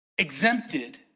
Exempted